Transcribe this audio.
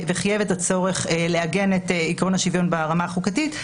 וחייב את הצורך לעגן את עיקרון השוויון ברמה החוקתית.